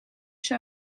show